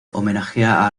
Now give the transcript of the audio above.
homenajea